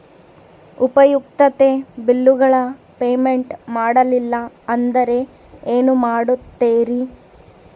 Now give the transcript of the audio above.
ಉಪಯುಕ್ತತೆ ಬಿಲ್ಲುಗಳ ಪೇಮೆಂಟ್ ಮಾಡಲಿಲ್ಲ ಅಂದರೆ ಏನು ಮಾಡುತ್ತೇರಿ?